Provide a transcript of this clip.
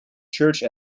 church